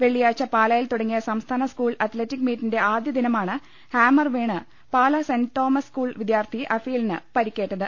വെള്ളിയാഴ്ച പാലായിൽ തുടങ്ങിയ സംസ്ഥാന ജൂനിയർ അത്ലറ്റിക് മീറ്റിന്റെ ആദ്യ ദിനമാണ് ഹാമർ വീണ് പാലാ സെന്റ് തോമസ് സ് കൂൾ വിദ്യാർത്ഥി അഫീലിനു പരിക്കേറ്റത്